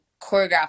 choreograph